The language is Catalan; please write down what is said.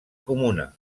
comuna